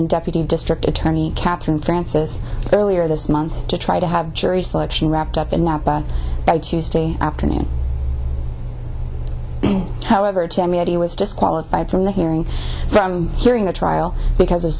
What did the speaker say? mcalpin deputy district attorney katherine francis earlier this month to try to have jury selection wrapped up in napa by tuesday afternoon however to me he was disqualified from the hearing from hearing the trial because of